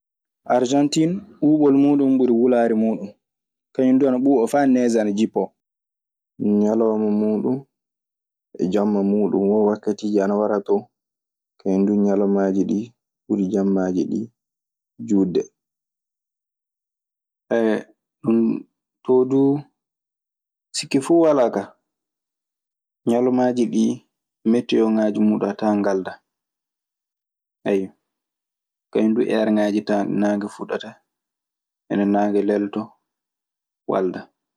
Argentine ɓubol mun ɓuri wulare mun dun, kaŋum dun ana ɓuba fa nege ana jipoo. Ñalawma muuɗun, won wakkatiiji ana wara ton, kañun duu ñalawmaaji ɗii ɓuri jammaaji ɗii juutde. Too duu sikke fuu walaa ka, ñalawmaaji ɗii mettyooŋaaji muuɗun a tawan ngaldaa. Ayyo. Kañun du eerŋaaji tawan ɗi naange fuɗata e nde naange lelotoo waldaa.